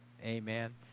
Amen